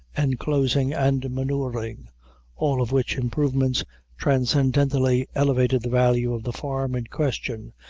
enclosing, and manuring all of which improvements transcendantly elevated the value of the farm in question,